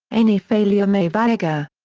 eni faleomavaega.